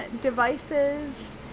devices